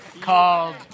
called